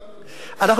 פשטני.